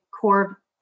core